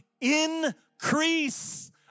increase